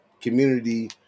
community